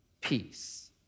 peace